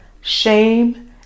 shame